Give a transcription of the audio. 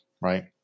right